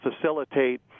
facilitate